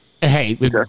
Hey